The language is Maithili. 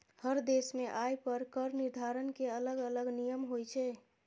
हर देश मे आय पर कर निर्धारण के अलग अलग नियम होइ छै